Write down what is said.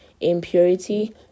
impurity